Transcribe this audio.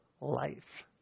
life